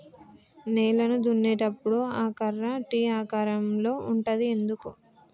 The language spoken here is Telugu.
నేలను దున్నేటప్పుడు ఆ కర్ర టీ ఆకారం లో ఉంటది ఎందుకు?